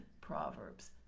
Proverbs